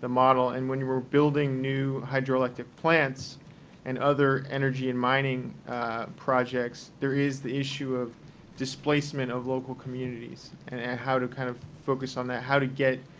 the model. and when you were building new hydroelectric plants and other energy and mining projects, there is the issue of displacement of local communities, and ah how to kind of focus on that? how to get